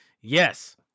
Yes